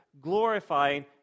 glorifying